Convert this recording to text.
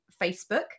facebook